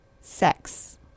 sex